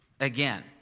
Again